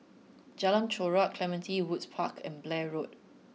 Jalan Chorak Clementi Woods Park and Blair Road